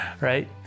Right